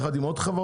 יחד עם עוד חברות.